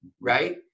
right